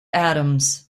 atoms